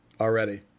already